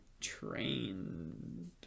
trained